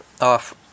off